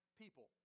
people